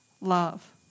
love